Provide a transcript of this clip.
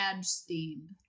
steam